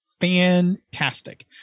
Fantastic